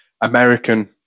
American